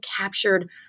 captured